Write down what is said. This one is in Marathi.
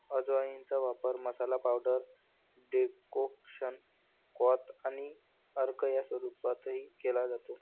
अजवाइनचा वापर मसाला, पावडर, डेकोक्शन, क्वाथ आणि अर्क या स्वरूपातही केला जातो